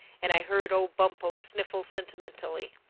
and i heard old bumpo sniffle sentimentally.